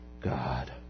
God